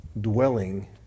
dwelling